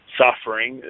suffering